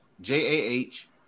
J-A-H